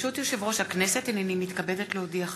ברשות יושב-ראש הכנסת, הנני מתכבדת להודיעכם,